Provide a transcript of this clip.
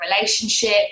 relationship